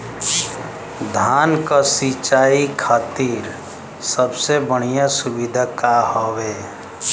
धान क सिंचाई खातिर सबसे बढ़ियां सुविधा का हवे?